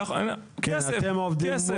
כסף.